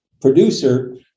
producer